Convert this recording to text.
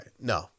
no